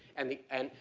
and the, and,